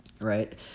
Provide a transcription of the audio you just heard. right